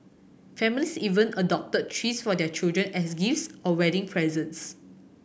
families even adopt trees for their children as gifts or wedding presents